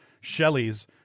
Shelley's